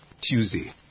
Tuesday